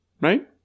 Right